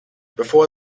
before